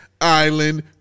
Island